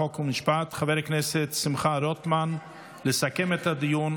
חוק ומשפט חבר הכנסת שמחה רוטמן לסכם את הדיון.